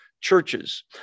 churches